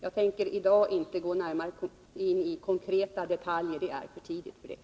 Jag tänker i dag inte gå närmare in i konkreta detaljer — det är för tidigt för det.